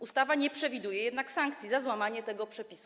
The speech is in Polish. Ustawa nie przewiduje jednak sankcji za złamanie tego przepisu.